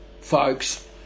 folks